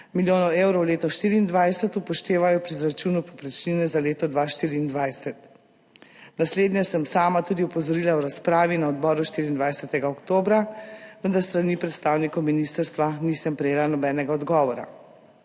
milijonov evrov leto 2024, upoštevajo pri izračunu povprečnine za leto 2024. Na slednje sem sama tudi opozorila v razpravi na odboru 24. oktobra, vendar s strani predstavnikov Ministrstva nisem prejela nobenega odgovora.